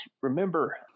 remember